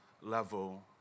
level